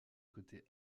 côté